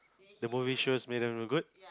the movie shows good